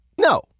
no